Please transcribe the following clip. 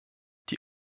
die